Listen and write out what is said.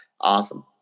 Awesome